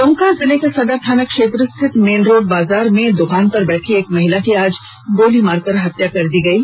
दुमका जिले के सदर थाना क्षेत्र स्थित मेन रोड बाजार में दुकान पर बैठी एक महिला की आज गोली मारकर हत्या कर दी गयी